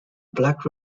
black